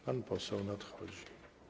Pan poseł nadchodzi.